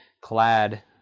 clad